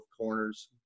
corners